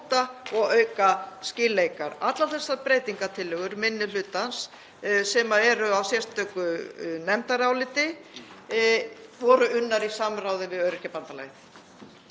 og auka skýrleika. Allar þessar breytingartillögur minni hlutans, sem eru á sérstöku nefndaráliti, voru unnar í samráði við Öryrkjabandalagið.